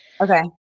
Okay